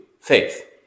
faith